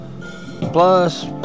Plus